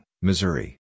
Missouri